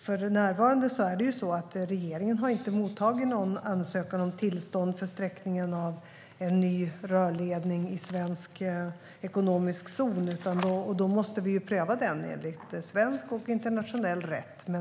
För närvarande har regeringen inte mottagit någon ansökan om tillstånd för sträckning av en ny rörledning i svensk ekonomisk zon. Om eller när den kommer måste vi pröva den enligt svensk och internationell rätt.